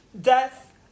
death